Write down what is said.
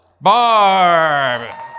Barb